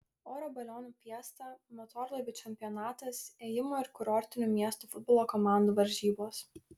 oro balionų fiesta motorlaivių čempionatas ėjimo ir kurortinių miestų futbolo komandų varžybos